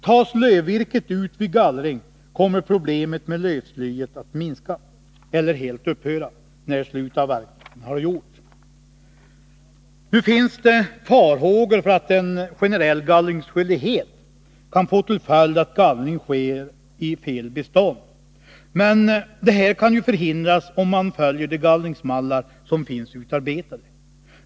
Tas lövvirket ut vid gallring, kommer problemet med lövslyet att minska, eller helt upphöra, när slutavverkningen har gjorts. Nu finns det farhågor för att en generell gallringsskyldighet kan få till följd att gallring sker i fel bestånd, men detta kan ju förhindras om man följer de gallringsmallar som finns utarbetade.